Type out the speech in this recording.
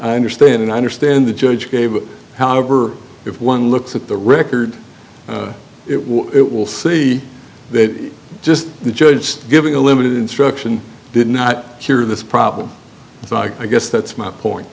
i understand and i understand the judge gave however if one looks at the record it will it will see that just the judge giving a limited instruction did not cure this problem so i guess that's my point